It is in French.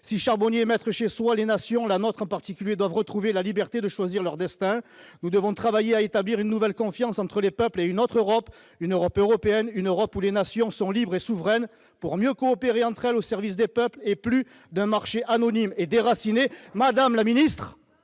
Si charbonnier est maître chez soi, les nations, la nôtre en particulier, doivent retrouver la liberté de choisir leur destin. Nous devons travailler à établir une nouvelle confiance entre les peuples et une autre Europe, une Europe européenne, une Europe où les nations sont libres et souveraines pour mieux coopérer entre elles au service des peuples, et non plus d'un marché anonyme et déraciné. Veuillez conclure !